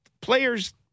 players